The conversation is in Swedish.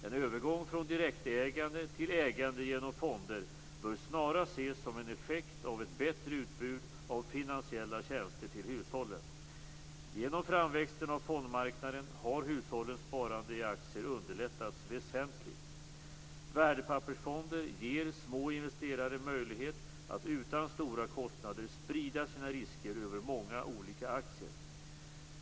En övergång från direktägande till ägande genom fonder bör snarast ses som en effekt av ett bättre utbud av finansiella tjänster till hushållen. Genom framväxten av fondmarknaden har hushållens sparande i aktier underlättats väsentligt. Värdepappersfonder ger små investerare möjlighet att utan stora kostnader sprida sina risker över många olika aktier.